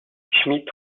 schmitt